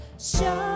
Show